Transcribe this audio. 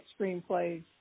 screenplays